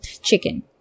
chicken